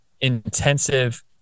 intensive